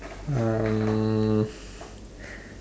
um